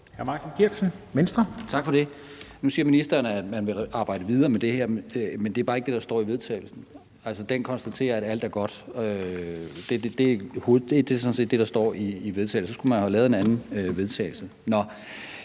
Martin Geertsen (V): Tak for det. Nu siger ministeren, at man vil arbejde videre med det her. Men det er bare ikke det, der står i vedtagelsen. Den konstaterer, at alt er godt. Det er sådan set det, der står i vedtagelsen – så skulle man have lavet en anden vedtagelse.